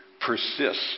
persist